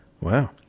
Wow